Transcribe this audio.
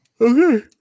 Okay